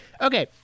Okay